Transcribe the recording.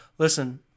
Listen